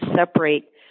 separate